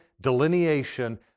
delineation